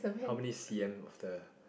how many C_M of the